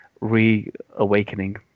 reawakening